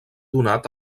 donat